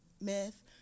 myth